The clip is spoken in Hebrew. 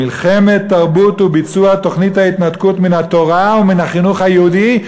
מלחמת תרבות וביצוע תוכנית ההתנתקות מן התורה ומן החינוך היהודי.